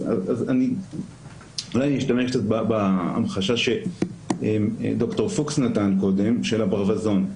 אני אשתמש בהמחשה שד"ר פוקס נתן קודם של הברווזון.